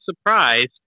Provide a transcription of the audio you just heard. surprised